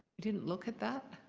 didn't look at that?